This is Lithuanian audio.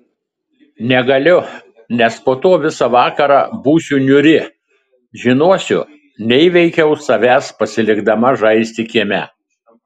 negaliu nes po to visą vakarą būsiu niūri žinosiu neįveikiau savęs pasilikdama žaisti kieme